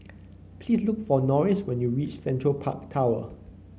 please look for Norris when you reach Central Park Tower